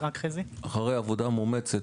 רק חלק קטן מגיעים לפרקליטות